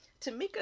Tamika